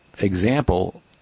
Example